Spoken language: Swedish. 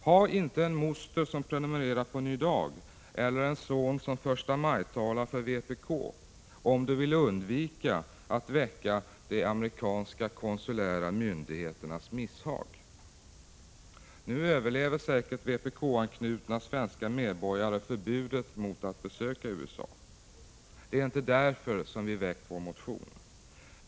Ha inte en moster som prenumererar på Ny Dag eller en son som förstamajtalar för vpk, om du vill undvika att väcka de amerikanska konsulära myndigheternas misshag! Nu överlever säkert vpk-anknutna svenska medborgare förbudet mot att besöka USA. Det är inte därför vi väckt vår motion.